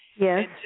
Yes